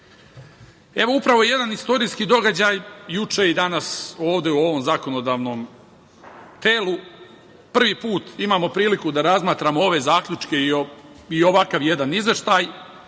svetu. Upravo jedan istorijski događaj, juče i danas ovde u ovom zakonodavnom telu, prvi put imamo priliku da razmatramo ove zaključke i ovakav jedan izveštaj